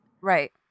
Right